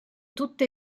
tutte